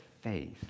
faith